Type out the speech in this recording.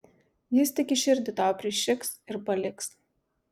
jis tik į širdį tau prišiks ir paliks